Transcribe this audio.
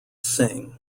singh